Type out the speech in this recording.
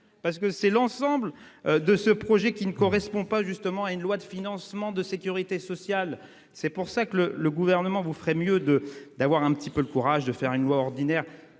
parce que c'est l'ensemble de ce projet qui ne correspond pas justement à une loi de financement de sécurité sociale. C'est pour ça que le le gouvernement vous feriez mieux de d'avoir un petit peu le courage de faire une loi ordinaire